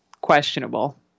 questionable